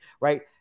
right